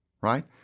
right